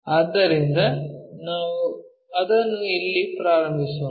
ಆದ್ದರಿಂದ ನಾವು ಅದನ್ನು ಇಲ್ಲಿ ಪ್ರಾರಂಭಿಸೋಣ